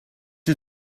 you